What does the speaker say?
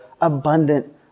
abundant